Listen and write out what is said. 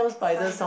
spider